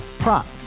Prop